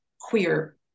queer